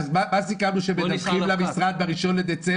אז מה סיכמנו, שהמשרד מדווח לוועדה ב-1 בדצמבר?